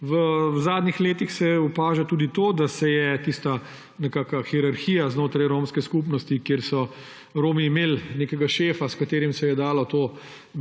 V zadnjih letih se opaža tudi to, da ni več tiste hierarhije znotraj romske skupnosti, kjer so Romi imeli nekega šefa, s katerim se je dalo